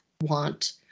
want